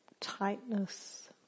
tightness